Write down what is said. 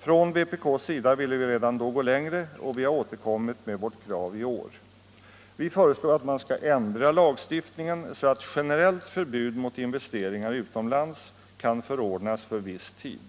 Från vpk:s sida ville vi redan då gå längre och har återkommit med vårt krav i år. Vi föreslår att man skall ändra lagstiftningen så att generellt förbud mot investeringar utomlands kan förordnas för viss tid.